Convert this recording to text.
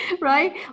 right